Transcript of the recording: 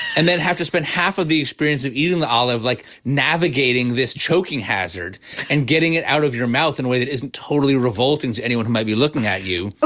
and then have to spend half of the experience of eating the olive, like navigating this choking hazard and getting it out of your mouth in a way that isn't totally revolting to anyone who might be looking at you.